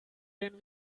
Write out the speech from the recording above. den